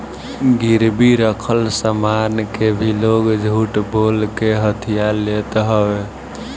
गिरवी रखल सामान के भी लोग झूठ बोल के हथिया लेत हवे